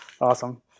awesome